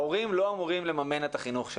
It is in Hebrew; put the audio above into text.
ההורים לא אמורים לממן את החינוך שלהם.